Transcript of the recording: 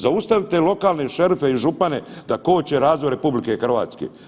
Zaustavite lokalne šerife i župane da koče razvoj Republike Hrvatske.